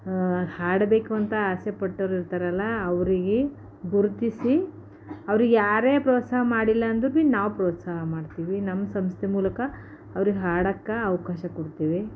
ಹಾಡಬೇಕು ಅಂತ ಆಸೆ ಪಟ್ಟೋರು ಇರ್ತಾರಲ್ಲ ಅವ್ರಿಗೆ ಗುರುತಿಸಿ ಅವ್ರಿಗೆ ಯಾರೇ ಪ್ರೋತ್ಸಾಹ ಮಾಡಿಲ್ಲ ಅಂದರೂ ನಾವು ಪ್ರೋತ್ಸಾಹ ಮಾಡ್ತೀವಿ ನಮ್ಮ ಸಂಸ್ಥೆ ಮೂಲಕ ಅವ್ರಿಗೆ ಹಾಡೋಕೆ ಅವಕಾಶ ಕೊಡ್ತೀವಿ